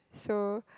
so